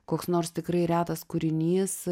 koks nors tikrai retas kūrinys